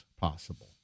possible